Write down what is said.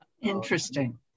interesting